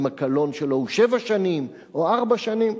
האם הקלון שלו הוא שבע שנים או ארבע שנים.